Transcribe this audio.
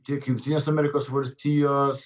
tiek jungtinės amerikos valstijos